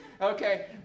Okay